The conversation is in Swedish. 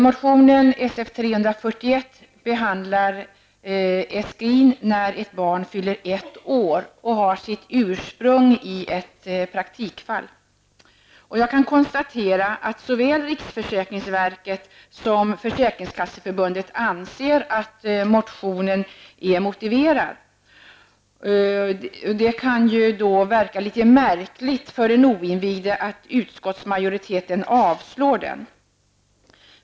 Motionen Sf341 behandlar Jag kan konstatera att såväl riksförsäkringsverket som försäkringskasseförbundet anser motionen motiverad. Det kan ju då verka litet märkligt för den oinvigde att utskottsmajoriteten avstyrker den.